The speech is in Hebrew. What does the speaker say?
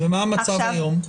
ומה המצב היום?